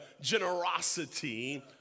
generosity